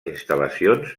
instal·lacions